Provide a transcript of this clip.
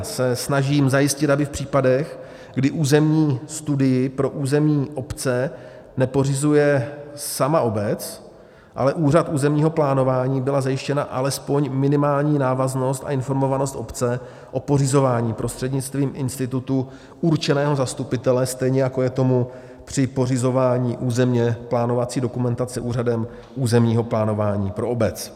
V čísle 7951 se snažím zajistit, aby v případech, kdy územní studii pro území obce nepořizuje sama obec, ale úřad územního plánování, byla zajištěna alespoň minimální návaznost a informovanost obce o pořizování prostřednictvím institutu určeného zastupitele, stejně jako je tomu při pořizování územněplánovací dokumentace úřadem územního plánování pro obec.